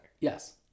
Yes